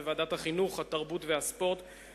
ומבקש לא להפריע לו כשהוא מדבר.